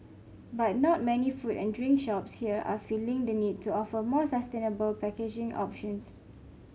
but not many food and drink shops here are feeling the need to offer more sustainable packaging options